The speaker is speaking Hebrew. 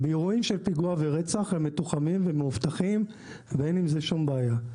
באירועים של פיגוע ורצח הם מתוחמים ומאובטחים ואין עם זה שום בעיה.